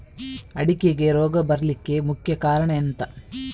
ಅಡಿಕೆಗೆ ರೋಗ ಬರ್ಲಿಕ್ಕೆ ಮುಖ್ಯ ಕಾರಣ ಎಂಥ?